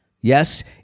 Yes